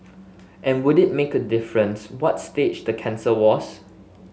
and would it make a difference what stage the cancer was